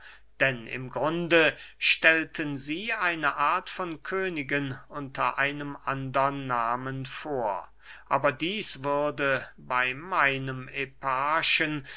denn im grunde stellten sie eine art von königen unter einem andern nahmen vor aber dieß würde bey meinem eparchen